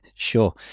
Sure